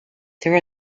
there